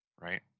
right